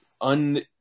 un